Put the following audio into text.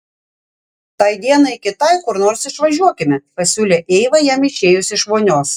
tai dienai kitai kur nors išvažiuokime pasiūlė eiva jam išėjus iš vonios